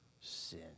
sin